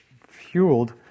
fueled